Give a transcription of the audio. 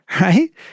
right